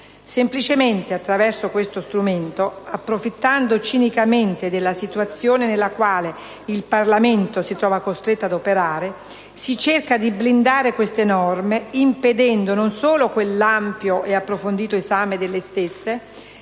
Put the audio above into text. Semplicemente, attraverso questo strumento, approfittando cinicamente della situazione nella quale il Parlamento si trova costretto ad operare, si cerca di blindare queste norme, impedendo non solo quell'ampio ed approfondito esame delle stesse,